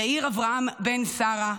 יאיר אברהם בן שרה,